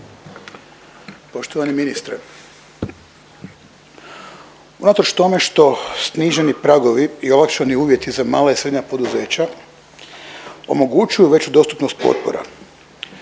Poštovani ministre. Unatoč tome što sniženi pragovi i olakšani uvjeti za mala i srednja poduzeća omogućuju veću dostupnost potpora,